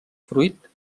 fruit